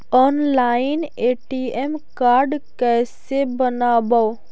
Online ATM card कैसे बनाबौ?